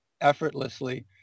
effortlessly